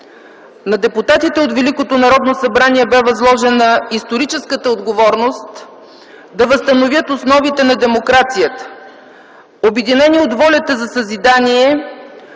събрание бе възложена историческата отговорност да възстановят основите на демокрацията. Обединени от волята за съзидание,